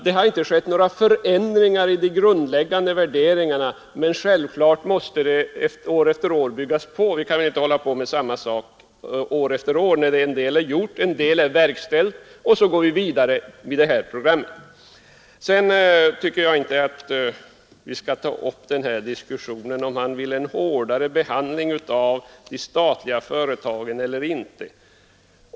Det har inte skett några förändringar i de grundläggande värderingarna, men självfallet måste de år efter år byggas på. Vi kan inte hålla på med samma sak när en del är verkställt. Och så går vi vidare med det här programmet. Sedan tycker jag inte att vi skall ta upp någon diskussion om huruvida herr Wirtén vill ha en hårdare behandling eller inte av de statliga företagen.